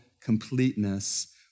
completeness